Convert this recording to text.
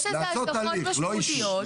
אז